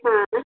हाँ